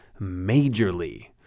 majorly